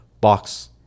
box